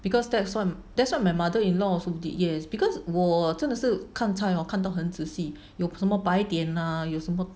because that's what that's what my mother in law also did yes because 我真的是看菜 hor 看到很仔细有什么白点 lah 有什么